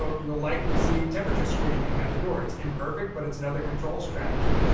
so you'll likely see temperature screening at the door. it's imperfect, but it's another control strategy.